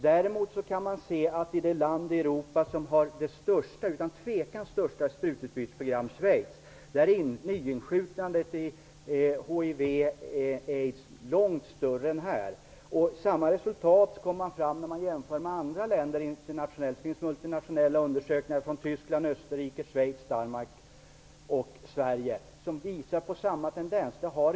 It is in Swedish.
Däremot kan man se att i det land i Europa som har det utan tvekan största sprututbytesprogrammet, nämligen Schweiz, är nyinsjuknandet i hiv/aids långt större än här. Samma resultat får man fram vid en internationell jämförelse. Det finns multinationella undersökningar från Tyskland, Österrike, Schweiz, Danmark och Sverige som visar på samma tendens.